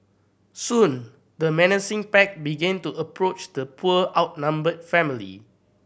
soon the menacing pack began to approach the poor outnumbered family